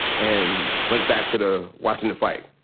and went back to to watching the fight.